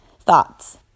thoughts